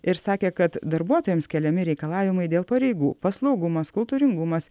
ir sakė kad darbuotojams keliami reikalavimai dėl pareigų paslaugumas kultūringumas